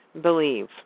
believe